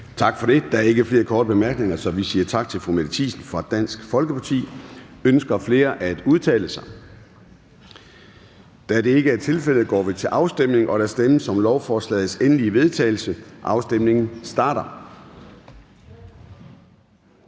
Gade): Der er ikke flere korte bemærkninger, så vi siger tak til fru Mette Thiesen fra Dansk Folkeparti. Ønsker flere at udtale sig? Da det ikke er tilfældet, går vi til afstemning. Kl. 10:17 Afstemning Formanden (Søren Gade): Der stemmes om lovforslagets endelige vedtagelse. Afstemningen starter.